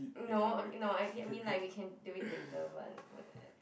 no okay no I mean like we can do it later [what] perhaps